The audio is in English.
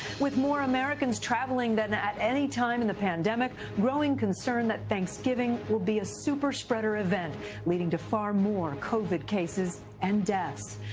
with more americans traveling than at any time in the pandemic growing concern that thanksgiving will be a superspreader event leading to far more covid cases and deaths.